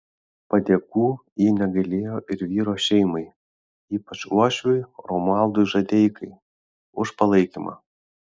padėkų ji negailėjo ir vyro šeimai ypač uošviui romualdui žadeikai už palaikymą